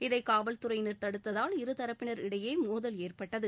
இதை காவல்துறையினர் தடுத்ததால் இருதரப்பினர் இடையே மோதல் ஏற்பட்டது